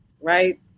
right